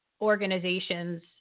organizations